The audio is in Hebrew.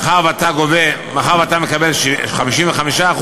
מאחר שאתה מקבל 55%,